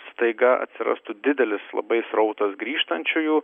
staiga atsirastų didelis labai srautas grįžtančiųjų